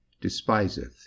despiseth